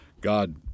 God